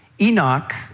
Enoch